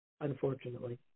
unfortunately